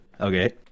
okay